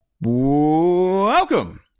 Welcome